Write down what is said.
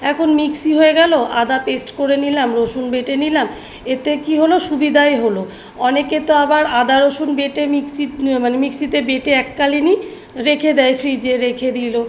এখন মিক্সি হয়ে গেল আদা পেস্ট করে নিলাম রসুন বেটে নিলাম এতে কী হল সুবিধাই হল অনেকে তো আবার আদা রসুন বেটে মিক্সি মানে মিক্সিতে বেটে এককালীনই রেখে দেয় ফ্রিজে রেখে দিল